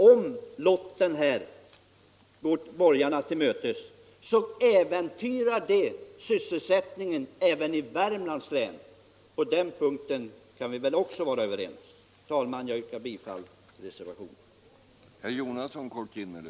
Om lotten här går borgarna till mötes äventyrar detta, som jag förut sagt, sysselsättningen även i Värmlands län. Om detta kan vi väl också vara överens. Herr talman! Jag yrkar bifall till de socialdemokratiska reservationerna.